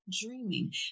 Dreaming